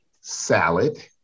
salad